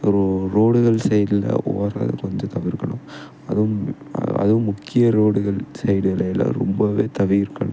row ரோடுகள் சைட்டில் ஓடுறது கொஞ்சம் தவிர்க்கணும் அதுவும் அதுவும் முக்கிய ரோடுகள் சைடுகளெல்லாம் ரொம்பவே தவிர்க்கணும்